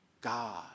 God